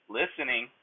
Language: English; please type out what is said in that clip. listening